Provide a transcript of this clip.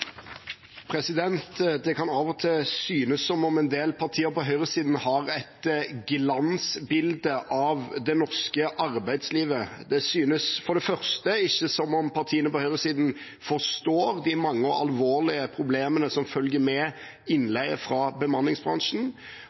Det kan av og til synes som om en del partier på høyresiden har et glansbilde av det norske arbeidslivet. Det synes for det første ikke som om partiene på høyresiden forstår de mange og alvorlige problemene som følger med innleie fra bemanningsbransjen,